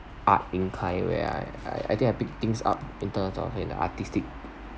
art inclined where I I I think I pick things up in terms of the artistic